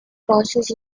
process